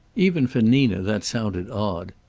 even for nina that sounded odd.